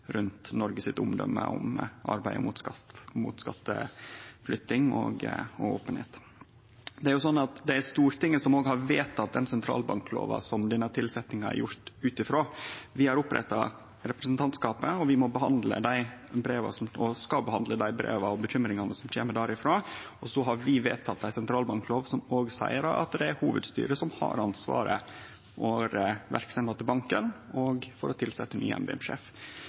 rundt Noregs omdøme i arbeidet mot skatteflytting og openheit. Det er Stortinget som har vedteke den sentralbanklova som denne tilsetjinga er gjord ut frå. Vi har oppretta representantskapet, og vi må og skal behandle dei breva og bekymringane som kjem derfrå. Så har vi vedteke ei sentralbanklov som seier at det er hovudstyret som har ansvaret for verksemda til banken og for å tilsetje ny